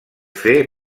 fer